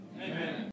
Amen